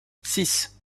six